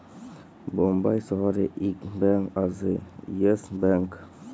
বোম্বাই শহরে ইক ব্যাঙ্ক আসে ইয়েস ব্যাঙ্ক